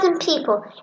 people